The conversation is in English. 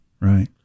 Right